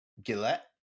Gillette